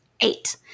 eight